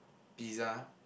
pizza